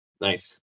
Nice